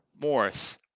Morris